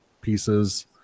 pieces